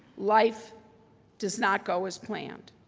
life does not go as planned.